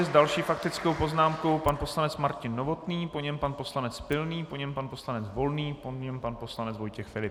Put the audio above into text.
S další faktickou poznámkou pan poslanec Martin Novotný, po něm pan poslanec Pilný, po něm pan poslanec Volný, po něm pan poslanec Vojtěch Filip.